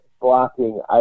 blocking